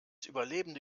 überlebende